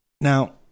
Now